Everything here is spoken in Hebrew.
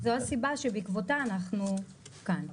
זו הסיבה שבעקבותיה אנחנו כאן.